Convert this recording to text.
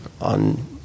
on